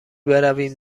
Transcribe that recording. برویم